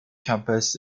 campus